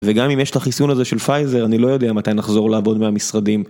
וגם אם יש את החיסון הזה של פייזר, אני לא יודע מתי נחזור לעבוד מהמשרדים.